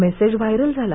message viral झाला